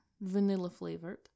vanilla-flavored